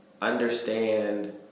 Understand